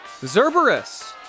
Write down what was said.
Zerberus